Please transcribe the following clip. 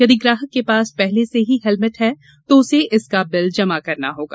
यदि ग्राहक के पास पहले से ही हेलमेट है तो उसे इसका बिल जमा करना होगा